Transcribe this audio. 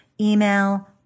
email